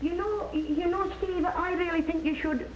you know you know i really think you should